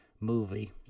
movie